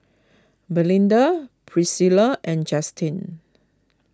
Melinda Priscila and Justine